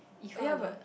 Ifah loves